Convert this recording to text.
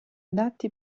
adatti